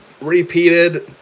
Repeated